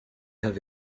have